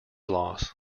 loss